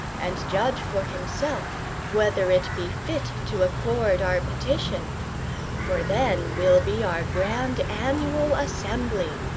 and judge for himself whether it be fit to accord our petition for then will be our grand annual assembly,